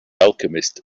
alchemist